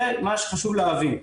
זה מה שחשוב להבין.